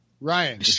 Ryan